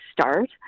start